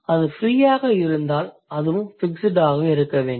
அது ஃப்ரீயாக இருந்தால் அதுவும் ஃபிக்ஸ்டு ஆக இருக்க வேண்டும்